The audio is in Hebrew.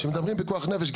כשמדברים פיקוח נפש,